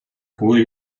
cui